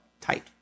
tight